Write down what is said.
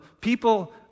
people